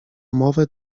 mowę